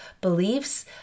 beliefs